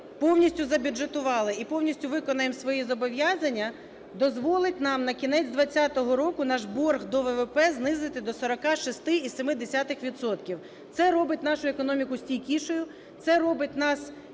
повністю забюджетували і повністю виконаємо свої зобов'язання, дозволить нам на кінець 20-го року наш борг до ВВП знизити до 46,7 відсотка. Це робить нашу економіку стійкішою, це робить нас